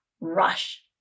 rush